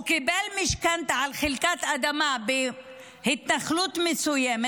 הוא קיבל משכנתה על חלקת אדמה בהתנחלות מסוימת,